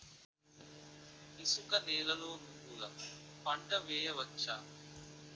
ఇసుక నేలలో నువ్వుల పంట వేయవచ్చా?